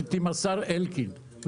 מרתקת עם השר אלקין.